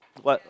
what